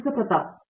ಪ್ರತಾಪ್ ಹರಿಡೋಸ್ ಸರಿ